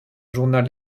journal